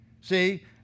See